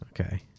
Okay